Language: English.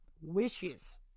Wishes